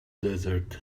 desert